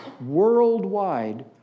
worldwide